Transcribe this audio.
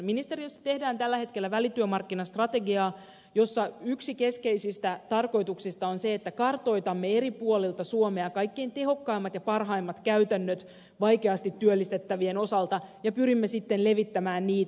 ministeriössä tehdään tällä hetkellä välityömarkkinastrategiaa jossa yksi keskeisistä tarkoituksista on se että kartoitamme eri puolilta suomea kaikkein tehokkaimmat ja parhaimmat käytännöt vaikeasti työllistettävien osalta ja pyrimme sitten levittämään niitä